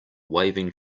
waving